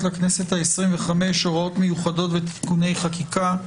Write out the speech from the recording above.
לכנסת העשרים וחמש (הוראות מיוחדות ותיקוני חקיקה),